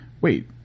wait